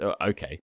Okay